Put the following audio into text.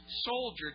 soldier